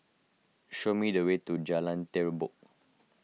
show me the way to Jalan Terubok